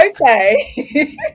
Okay